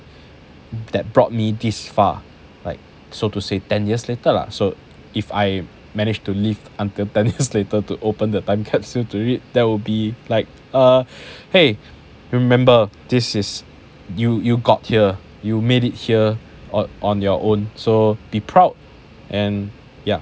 that brought me this far like so to say ten years later lah so if I manage to live until ten years later to open that time capsule to read there will be like a !hey! remember this is you you got here you made it here or on your own so be proud and yeah